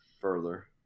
further